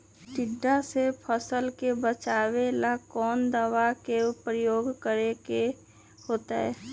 टिड्डा से फसल के बचावेला कौन दावा के प्रयोग करके होतै?